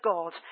God